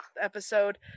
episode